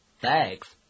Thanks